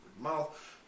mouth